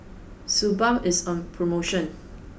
Suu Balm is on promotion